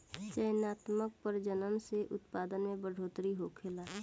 चयनात्मक प्रजनन से उत्पादन में बढ़ोतरी होखेला